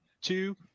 two